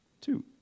Two